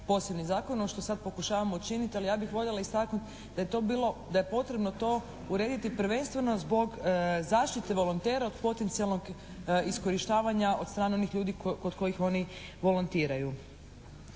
posebnim zakonom, što sad pokušavamo učiniti. Ali ja bih voljela istaknuti da je potrebno to urediti prvenstveno zbog zaštite volontera od potencijalnog iskorištavanja od strane onih ljudi kod kojih onih volontiraju.